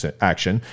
action